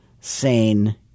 sane